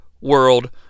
world